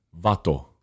Vato